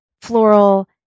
floral